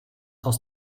aus